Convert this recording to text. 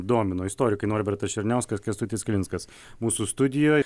domino istorikai norbertas černiauskas kęstutis klinskas mūsų studijoj